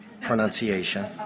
pronunciation